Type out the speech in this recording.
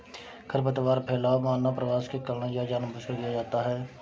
खरपतवार फैलाव मानव प्रवास के कारण या जानबूझकर किया जाता हैं